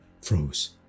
froze